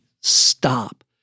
stop